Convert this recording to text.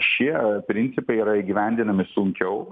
šie principai yra įgyvendinami sunkiau